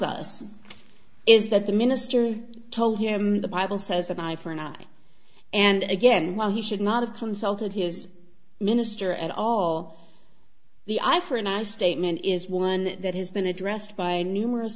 us is that the minister told him the bible says and i for not and again why he should not have consulted his minister at all the eye for an eye statement is one that has been addressed by numerous